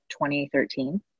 2013